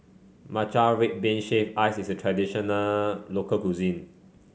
Matcha Red Bean Shaved Ice is a traditional local cuisine